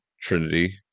trinity